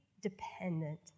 dependent